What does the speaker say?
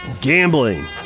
Gambling